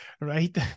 Right